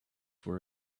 were